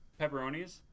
pepperonis